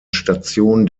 station